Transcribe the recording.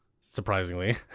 surprisingly